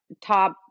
top